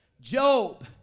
Job